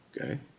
okay